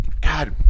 God